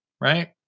right